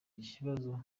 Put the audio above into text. ikibazo